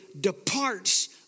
departs